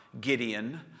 Gideon